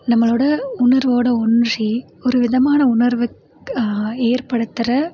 நம்மளோட உணர்வோட ஒன்றி ஒரு விதமான உணர்வுக் ஏற்படுத்துற